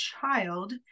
child